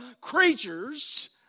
creatures